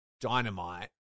Dynamite